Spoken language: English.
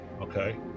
Okay